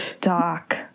Doc